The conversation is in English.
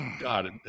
God